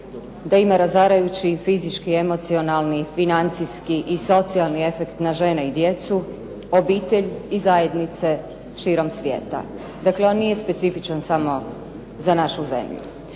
da ima razarajući fizički, emocionalni, financijski i socijalni efekt na žene i djecu, obitelj i zajednice širom svijeta. Dakle, on nije specifičan samo za našu zemlju.